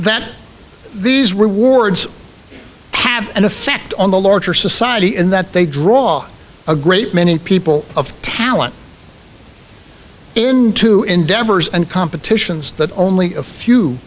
that these rewards have an effect on the larger society in that they draw a great many people of talent into endeavors and competitions that only a few